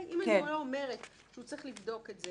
אם אני לא אומרת שהוא צריך לבדוק את זה